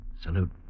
Salute